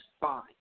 fine